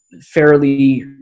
fairly